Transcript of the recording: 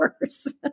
worse